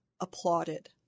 applauded